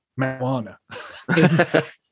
marijuana